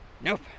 Nope